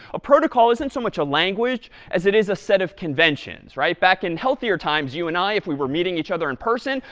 a protocol isn't so much a language as it is a set of conventions, right? back in healthier times, you and i, if we were meeting each other in person,